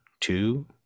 two